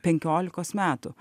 penkiolikos metų